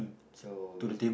so we